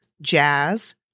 jazz